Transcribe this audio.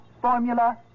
formula